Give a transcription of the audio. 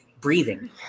Breathing